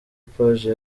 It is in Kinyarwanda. page